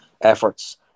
efforts